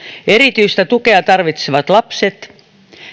erityistä tukea tarvitsevat lapset